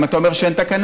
אם אתה אומר שאין תקנה.